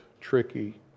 tricky